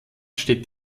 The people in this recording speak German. steht